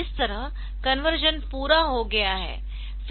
इस तरह कन्वर्शन पूरा हो गया है